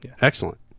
excellent